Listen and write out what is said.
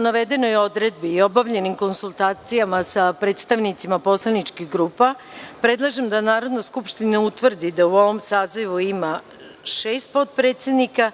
navedenoj odredbi i obavljenim konsultacijama sa predstavnicima poslaničkih grupa, predlažem da Narodna skupština utvrdi da u ovom sazivu ima šest potpredsednika.